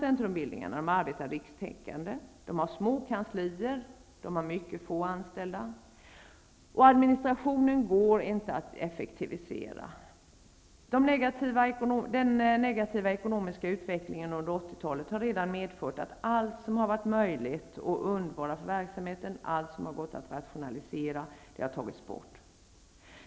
Centrumbildningarna arbetar rikstäckande. De har små kanslier och mycket få anställda, och administrationen går inte att effektivisera. Den negativa ekonomiska utvecklingen under 80-talet har redan medfört att allt som har varit möjligt att undvara för verksamheten och allt som har gått att rationalisera har tagits bort.